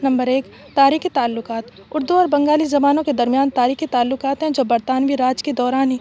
number ایک تاریخی تعلقات اردو اور بنگالی زبانوں کے درمیان تاریخی تعلقات ہیں جو برطانوی راج کے دوران ہی